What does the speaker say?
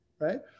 right